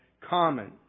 common